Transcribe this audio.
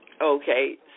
Okay